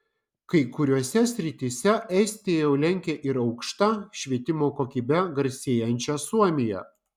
kai kuriose srityse estija jau lenkia ir aukšta švietimo kokybe garsėjančią suomiją